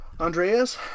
Andreas